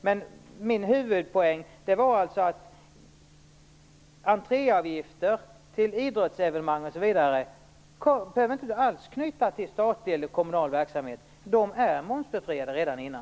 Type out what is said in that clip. Men min huvudpoäng var att entréavgifter till idrottsevenemang osv. inte alls behöver knyta an till statlig eller kommunal verksamhet. De är momsbefriade redan innan.